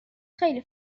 خیلی